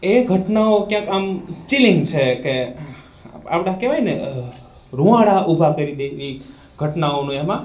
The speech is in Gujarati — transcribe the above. એ ઘટનાઓ ક્યાંક આમ ચિલિંગ છે કે આપણે કહેવાયને રૂંવાડા ઉભા કરી દે એ ઘટનાઓનું એમાં